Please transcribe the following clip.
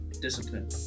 Discipline